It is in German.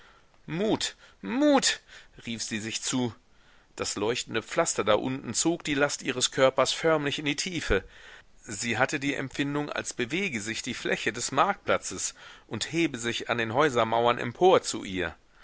mut mut rief sie sich zu das leuchtende pflaster da unten zog die last ihres körpers förmlich in die tiefe sie hatte die empfindung als bewege sich die fläche des marktplatzes und hebe sich an den häusermauern empor zu ihr